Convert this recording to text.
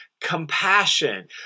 compassion